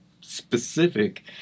specific